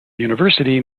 university